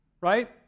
right